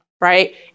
right